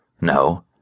No